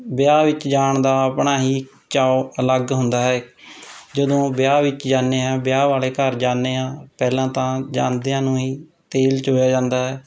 ਵਿਆਹ ਵਿੱਚ ਜਾਣ ਦਾ ਆਪਣਾ ਹੀ ਚਾਅ ਅਲੱਗ ਹੁੰਦਾ ਹੈ ਜਦੋਂ ਵਿਆਹ ਵਿੱਚ ਜਾਂਦੇ ਹਾਂ ਵਿਆਹ ਵਾਲੇ ਘਰ ਜਾਂਦੇ ਹਾਂ ਪਹਿਲਾਂ ਤਾਂ ਜਾਂਦਿਆਂ ਨੂੰ ਹੀ ਤੇਲ ਚੋਇਆ ਜਾਂਦਾ ਹੈ